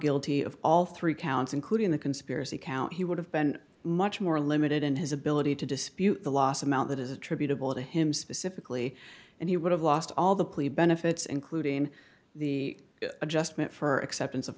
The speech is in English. guilty of all three counts including the conspiracy count he would have been much more limited in his ability to dispute the loss amount that is attributable to him specifically and he would have lost all the plea benefits including the adjustment for acceptance of